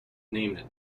named